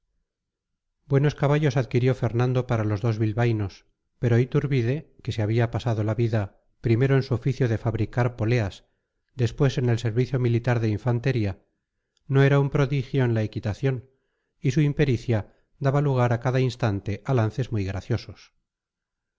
buenos caballos adquirió fernando para los dos bilbaínos pero iturbide que se había pasado la vida primero en su oficio de fabricar poleas después en el servicio militar de infantería no era un prodigio en la equitación y su impericia daba lugar a cada instante a lances muy graciosos